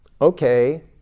okay